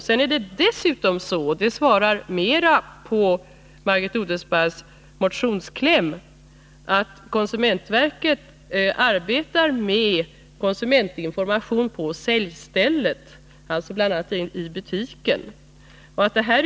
Sedan är det dessutom så — och det tillgodoser mera Margit Odelsparrs motionskläm — att konsumentverket arbetar med konsumentinformation på säljstället, alltså bl.a. i butikerna.